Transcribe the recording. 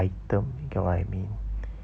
item you get what I mean